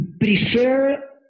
prefer